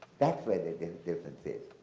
that's where the difference is.